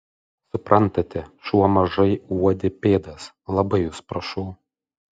suprantate šuo mažai uodė pėdas labai jus prašau